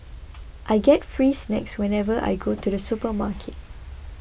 I get free snacks whenever I go to the supermarket